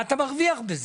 מה אתה מרוויח מזה?